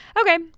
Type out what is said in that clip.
Okay